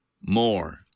more